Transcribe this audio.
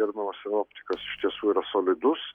gerbiamas sinoptikas iš tiesų yra solidus